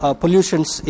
pollutions